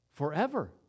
forever